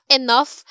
enough